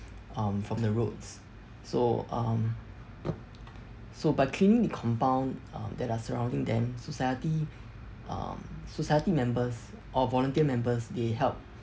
um from the roads so um so by cleaning the compound um that are surrounding them society um society members or volunteer members they help